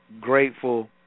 grateful